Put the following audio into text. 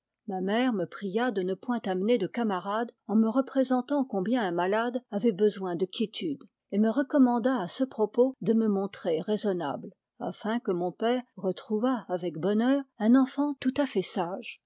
ma mère me pria de ne point amener de camarade en me représentant combien un malade avait besoin de quiétude et me recommanda à ce propos de me montrer raisonnable afin que mon père retrouvât avec bonheur un enfant tout à fait sage